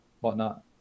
whatnot